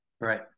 Right